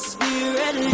Spirit